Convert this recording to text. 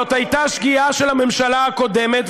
זאת הייתה שגיאה של הממשלה הקודמת,